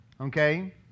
okay